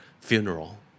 funeral